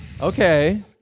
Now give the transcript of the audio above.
okay